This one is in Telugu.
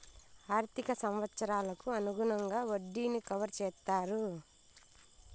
ఆర్థిక సంవత్సరాలకు అనుగుణంగా వడ్డీని కవర్ చేత్తారు